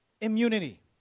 immunity